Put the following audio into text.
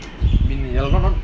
I mean not not